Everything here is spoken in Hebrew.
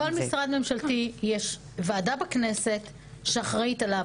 לכל משרד ממשלתי יש ועדה בכנסת שאחראית עליו.